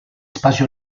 spazi